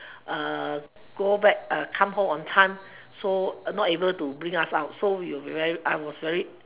go back come home on time so not able to bring us out so we were I was very